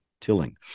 tilling